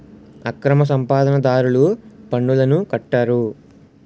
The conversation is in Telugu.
అక్రమ సంపాదన దారులు పన్నులను కట్టరు